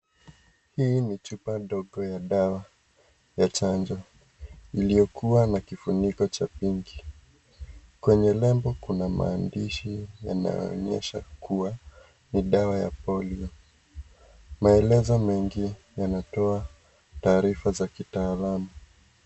Hii ni chupa ndogo ya dawa, ya chanjo, iliyokua na kifuniko cha pinki, kwenye lembo kuna maandishi yanayo onyesha kuwa, ni dawa ya polio, maelezo mengi yametoa taarifa za kitaalamu.